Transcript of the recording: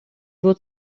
его